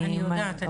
אני אני יודעת,